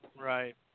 Right